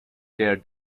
der